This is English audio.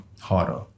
Harder